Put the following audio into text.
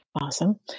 Awesome